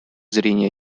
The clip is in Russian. зрения